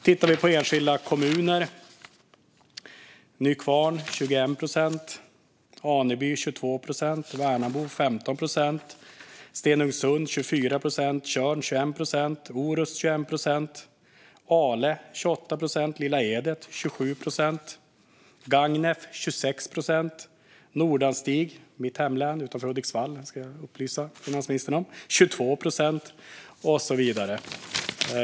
Tittar vi på enskilda kommuner ser vi att Nykvarn har 21 procent, Aneby 22 procent, Värnamo 15 procent, Stenungsund 24 procent, Tjörn 21 procent, Orust 21 procent, Ale 28 procent, Lilla Edet 27 procent och Gagnef 26 procent. I Nordanstig - som ligger i mitt hemlän, utanför Hudiksvall, kan jag upplysa finansministern om - är det 22 procent, och så vidare.